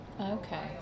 Okay